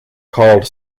called